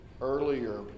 earlier